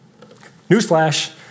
Newsflash